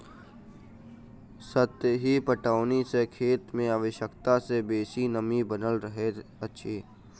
सतही पटौनी सॅ खेत मे आवश्यकता सॅ बेसी नमी बनल रहैत अछि